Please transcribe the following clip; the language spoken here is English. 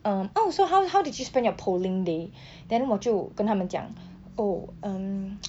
um oh so how how did you spend your polling day then 我就跟他们讲 oh um